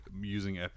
using